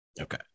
Okay